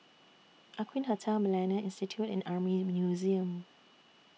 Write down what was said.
Aqueen Hotel Millennia Institute and Army Museum